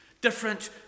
Different